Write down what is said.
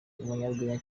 n’umunyarwenya